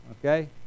Okay